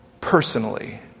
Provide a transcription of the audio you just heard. personally